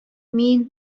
мин